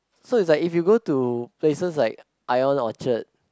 so it's like if you go to places like Ion Orchard